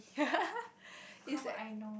it's at